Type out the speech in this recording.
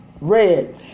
red